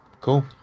Cool